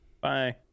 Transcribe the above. Bye